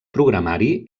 programari